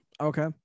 Okay